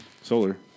Solar